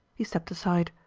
he stepped aside.